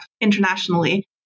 internationally